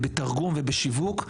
בתרגום ושיווק.